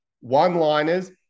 one-liners